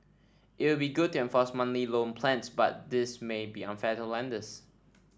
it would be good to enforce monthly loan plans but this may be unfair to lenders